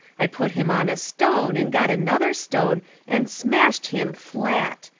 i put him on a stone and got another stone and smashed him flat.